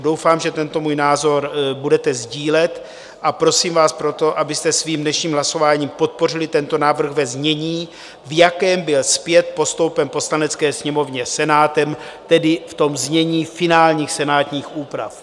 Doufám, že tento můj názor budete sdílet, a prosím vás proto, abyste svým dnešním hlasováním podpořili tento návrh ve znění, v jakém byl zpět postoupen Poslanecké sněmovně Senátem, tedy v znění finálních senátních úprav.